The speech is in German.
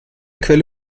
quelle